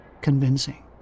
convincing